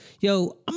Yo